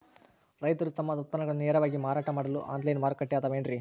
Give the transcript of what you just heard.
ರೈತರು ತಮ್ಮ ಉತ್ಪನ್ನಗಳನ್ನ ನೇರವಾಗಿ ಮಾರಾಟ ಮಾಡಲು ಆನ್ಲೈನ್ ಮಾರುಕಟ್ಟೆ ಅದವೇನ್ರಿ?